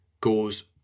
goes